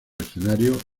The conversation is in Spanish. escenario